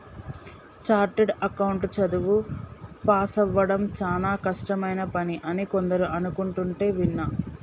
chartered account చదువు పాసవ్వడం చానా కష్టమైన పని అని కొందరు అనుకుంటంటే వింటి